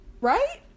Right